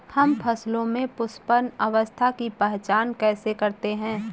हम फसलों में पुष्पन अवस्था की पहचान कैसे करते हैं?